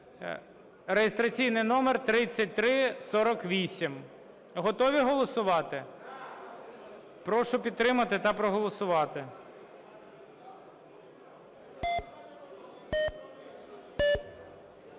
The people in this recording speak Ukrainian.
(реєстраційний номер 3348). Готові голосувати? Прошу підтримати та проголосувати.